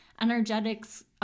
energetics